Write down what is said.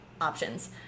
options